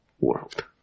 world